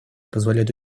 позволят